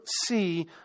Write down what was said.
see